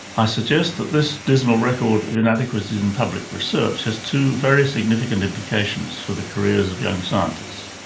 i suggest that this dismal record of inadequacies in published research has two very significant implications for the careers of young scientists.